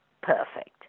perfect